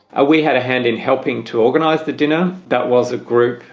ah we had a hand in helping to organize the dinner. that was a group,